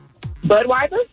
Budweiser